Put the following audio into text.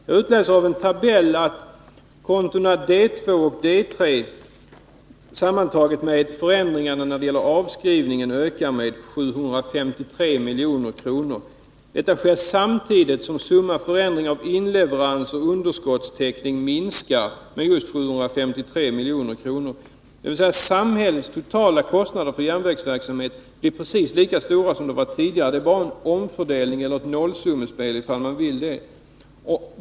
Jag utläser av en tabell att kontona D2 och D3 sammantaget med förändringarna när det gäller avskrivningen ökar med 753 milj.kr. Detta sker samtidigt som summan av förändringar av inleveranser och underskottstäckning minskar med just 753 milj.kr. — dvs. samhällets totala kostnader för järnvägsverksamhet blir precis lika stora som de var tidigare. Det är bara en omfördelning eller ett nollsummespel.